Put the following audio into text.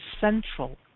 central